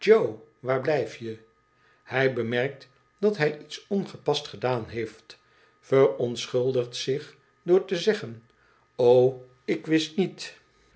waar blijf je hij bemerkt dat hij iets ongepast gedaan heeft verontschuldigt zich door te zeggen o ik wist niet